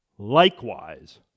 likewise